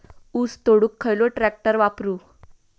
ऊस तोडुक खयलो ट्रॅक्टर वापरू?